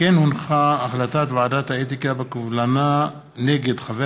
החלטת ועדת האתיקה בקובלנה נגד חבר